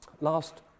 last